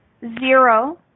Zero